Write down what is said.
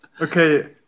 Okay